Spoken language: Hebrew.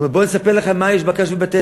הוא אמר: בואו אני אספר לכם מה יש בקש ובתבן.